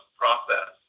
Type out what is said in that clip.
process